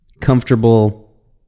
comfortable